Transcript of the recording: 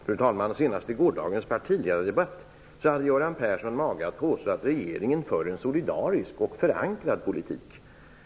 Fru talman! Senast i gårdagens partiledardebatt hade Göran Persson mage att påstå att regeringen för en solidarisk och förankrad politik.